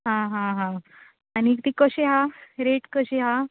आं हां हां आनी तीं कशी हां रेट कशी हांं